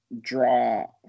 draw